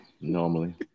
normally